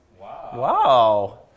Wow